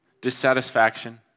dissatisfaction